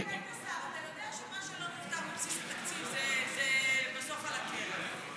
אתה יודע שמה לא נותר בבסיס התקציב זה בסוף על הקרח.